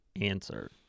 answer